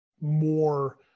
more